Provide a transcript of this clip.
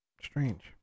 Strange